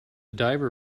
diver